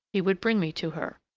he would bring me to her.